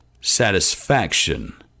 satisfaction